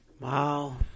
Wow